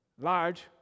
large